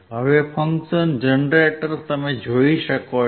તમે function generator જોઈ શકો છો